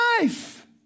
life